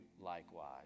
likewise